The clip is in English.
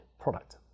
product